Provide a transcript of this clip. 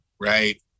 right